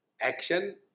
action